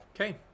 Okay